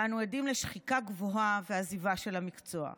ואנו עדים לשחיקה גבוהה ולעזיבה של המקצוע.